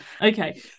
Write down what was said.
Okay